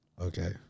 okay